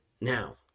now